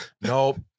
nope